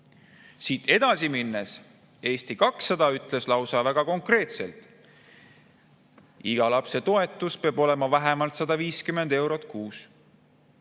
Siit edasi minnes: Eesti 200 ütles lausa väga konkreetselt, et iga lapse toetus peab olema vähemalt 150 eurot kuus